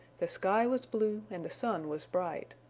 the sky was blue and the sun was bright.